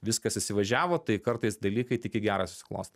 viskas įsivažiavo tai kartais dalykai tik į gerą susiklosto